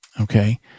okay